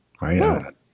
Right